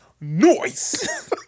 Noise